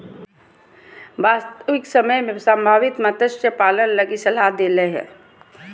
वास्तविक समय में संभावित मत्स्य पालन लगी सलाह दे हले